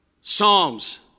psalms